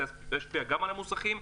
גם על המוסכים,